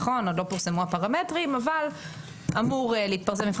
עוד לא הפרמטרים אבל אמור להתפרסם מבחן